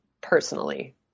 personally